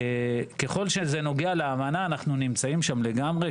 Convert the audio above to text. ככל שזה נוגע לאמנה, אנחנו נמצאים שם לגמרי.